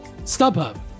StubHub